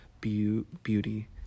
beauty